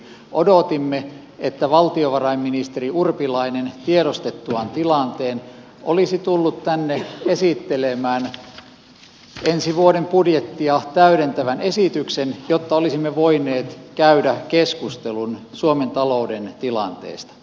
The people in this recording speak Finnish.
odotimme että valtiovarainministeri urpilainen tiedostettuaan tilanteen olisi tullut tänne esittelemään ensi vuoden budjettia täydentävän esityksen jotta olisimme voineet käydä keskustelun suomen talouden tilanteesta